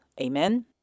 Amen